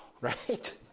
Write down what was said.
right